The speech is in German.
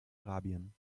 arabien